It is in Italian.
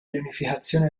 riunificazione